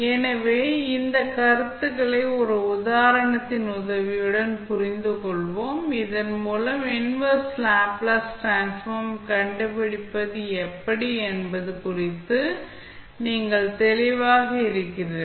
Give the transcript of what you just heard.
எனவே இந்த கருத்துக்களை ஒரு உதாரணத்தின் உதவியுடன் புரிந்துகொள்வோம் இதன் மூலம் இன்வெர்ஸ் லேப்ளேஸ் டிரான்ஸ்ஃபார்ம் கண்டுபிடிப்பது எப்படி என்பது குறித்து நீங்கள் தெளிவாக இருக்கிறீர்கள்